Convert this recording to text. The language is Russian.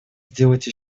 сделать